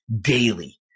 daily